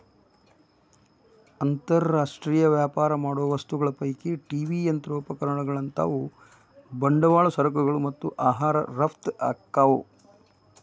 ಅಂತರ್ ರಾಷ್ಟ್ರೇಯ ವ್ಯಾಪಾರ ಮಾಡೋ ವಸ್ತುಗಳ ಪೈಕಿ ಟಿ.ವಿ ಯಂತ್ರೋಪಕರಣಗಳಂತಾವು ಬಂಡವಾಳ ಸರಕುಗಳು ಮತ್ತ ಆಹಾರ ರಫ್ತ ಆಕ್ಕಾವು